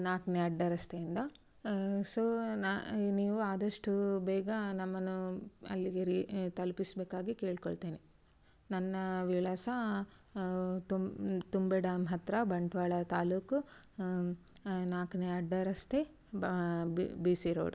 ನಾಲ್ಕನೇ ಅಡ್ಡರಸ್ತೆಯಿಂದ ಸೊ ನಾ ನೀವು ಆದಷ್ಟು ಬೇಗ ನಮ್ಮನ್ನು ಅಲ್ಲಿಗೆ ರಿ ತಲುಪಿಸಬೇಕಾಗಿ ಕೇಳಿಕೊಳ್ತೇನೆ ನನ್ನ ವಿಳಾಸ ತುಂಬೆ ಡ್ಯಾಮ್ ಹತ್ತಿರ ಬಂಟ್ವಾಳ ತಾಲೂಕು ನಾಲ್ಕನೇ ಅಡ್ಡರಸ್ತೆ ಬ ಬಿ ಸಿ ರೋಡ್